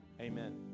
amen